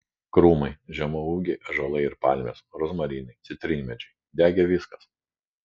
krūmai žemaūgiai ąžuolai ir palmės rozmarinai citrinmedžiai degė viskas